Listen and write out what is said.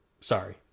sorry